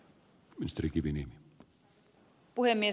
arvoisa puhemies